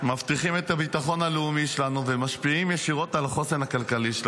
מבטיחים את הביטחון הלאומי שלנו ומשפיעים ישירות על החוסן הכלכלי שלנו.